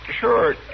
sure